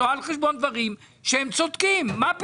לא על חשבון דברים שהם צודקים.